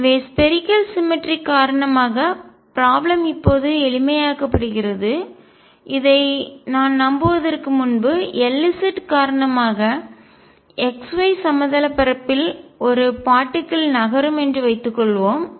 எனவே spherical symmetric கோள சமச்சீர்மை காரணமாக ப்ராப்ளம் இப்போது எளிமையாக்கப்படுகிறது இதை நான் நம்புவதற்கு முன்பு Lz காரணமாக x y சமதள பரப்பில் தட்டையான பரப்பு ஒரு பார்ட்டிக்கல் துகள் நகரும் என்று வைத்துக் கொள்வோம்